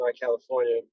California